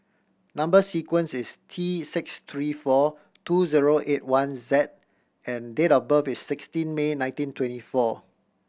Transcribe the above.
number sequence is T six three four two zero eight one Z and date of birth is sixteen May nineteen twenty four